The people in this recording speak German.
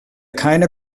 keine